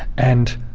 and